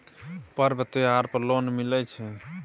पर्व त्योहार पर लोन मिले छै?